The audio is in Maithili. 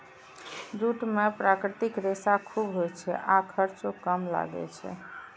जूट मे प्राकृतिक रेशा खूब होइ छै आ खर्चो कम लागै छै